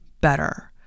better